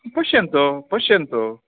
पश्यन्तु पश्यन्तु